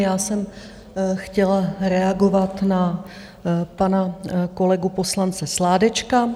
Já jsem chtěla reagovat na pana kolegu poslance Sládečka.